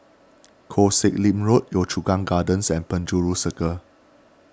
Koh Sek Lim Road Yio Chu Kang Gardens and Penjuru Circle